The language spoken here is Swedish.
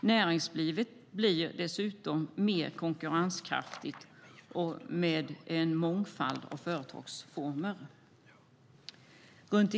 Näringslivet blir dessutom mer konkurrenskraftigt med en mångfald av företagsformer.